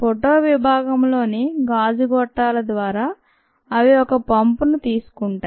photo విభాగంలోని గాజు గొట్టాల ద్వారా అవి ఒక పంపు ను తీసుకుంటాయి